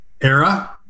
era